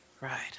Right